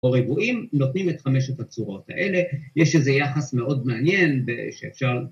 ‫או ריבועים, נותנים את חמשת הצורות האלה. ‫יש איזה יחס מאוד מעניין שאפשר...